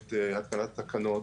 את התקנת התקנות,